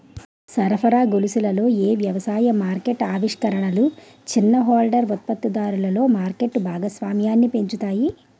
సరఫరా గొలుసులలో ఏ వ్యవసాయ మార్కెట్ ఆవిష్కరణలు చిన్న హోల్డర్ ఉత్పత్తిదారులలో మార్కెట్ భాగస్వామ్యాన్ని పెంచుతాయి?